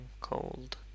cold